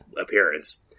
appearance